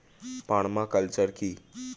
Parma culture কি?